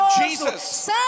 Jesus